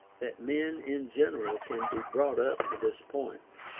that men in general can be brought up to this point.